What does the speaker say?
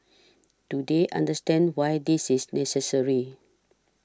do they understand why this is necessary